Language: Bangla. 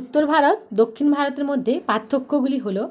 উত্তর ভারত দক্ষিণ ভারতের মধ্যে পার্থক্যগুলি হলো